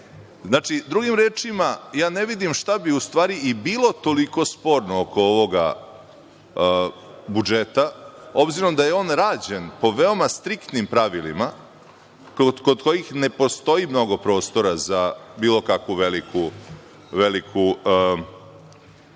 jasno. Drugim rečima, ne vidim šta bi bilo toliko sporno oko ovoga budžeta, obzirom da je on rađen po veoma striktnim pravilima kod kojih ne postoji mnogo prostora za bilo kakvu veliku